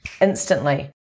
instantly